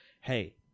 hey